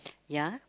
ya